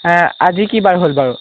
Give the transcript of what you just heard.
আজি কিবাৰ হ'ল বাৰু